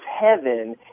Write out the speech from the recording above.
heaven